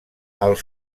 els